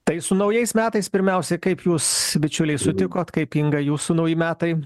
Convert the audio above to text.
tai su naujais metais pirmiausia kaip jūs bičiuliai sutikot kaip inga jūsų nauji metai